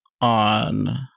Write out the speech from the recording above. on